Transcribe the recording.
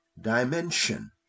dimension